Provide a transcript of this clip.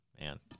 man